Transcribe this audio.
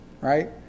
right